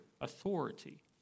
authority